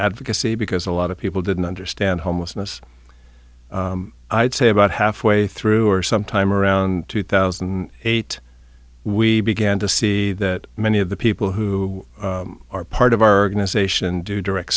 advocacy because a lot of people didn't understand homelessness i'd say about halfway through or sometime around two thousand and eight we began to see that many of the people who are part of our nation do direct